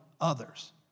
others